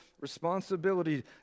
responsibility